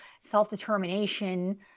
self-determination